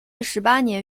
十八年